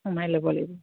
সোমাই ল'ব লাগিব